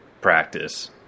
practice